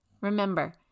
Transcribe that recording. Remember